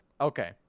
okay